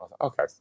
okay